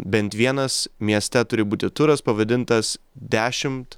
bent vienas mieste turi būti turas pavadintas dešimt